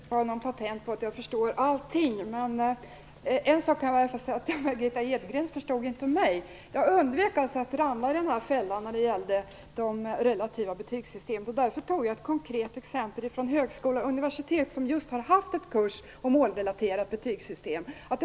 Herr talman! Jag skall inte ta någon patent på att jag förstår allt. Jag kan dock säga att Margitta Edgren inte förstod mig. Jag undvek att ramla i fällan när det gäller de relativa betygssystemen och därför tog jag ett konkret exempel ifrån universitetet och högskolan. Där har man just haft en kurs om målrelaterat betygssystem.